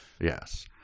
Yes